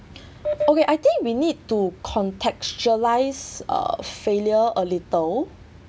okay I think we need to contextualise uh failure a little